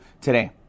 today